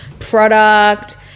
Product